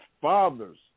father's